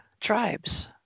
tribes